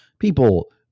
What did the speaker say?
People